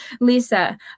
Lisa